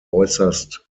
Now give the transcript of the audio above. äußerst